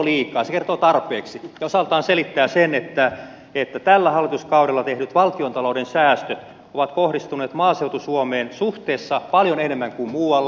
se kertoo tarpeeksi ja osaltaan selittää sen että tällä hallituskaudella tehdyt valtiontalouden säästöt ovat kohdistuneet maaseutu suomeen suhteessa paljon enemmän kuin muualle